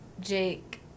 Jake